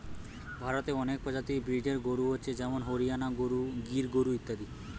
ভারতে অনেক প্রজাতির ব্রিডের গরু হচ্ছে যেমন হরিয়ানা গরু, গির গরু ইত্যাদি